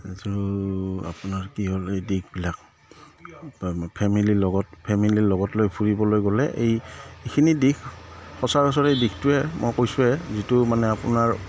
এইটো আপোনাৰ কি হ'ল এই দিশবিলাক ফেমিলিৰ লগত ফেমিলিৰ লগত লৈ ফুৰিবলৈ গ'লে এই এইখিনি দিশ সচৰাচৰ এই দিশটোৱে মই কৈছোঁৱে যিটো মানে আপোনাৰ